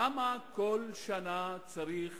למה כל שנה צריך